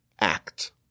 act